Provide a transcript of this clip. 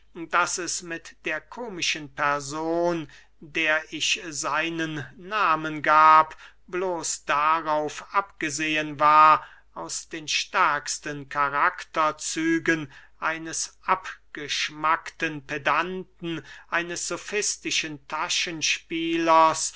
daß es mit der komischen person der ich seinen nahmen gab bloß darauf abgesehen war aus den stärksten karakterzügen eines abgeschmackten pedanten eines